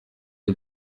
the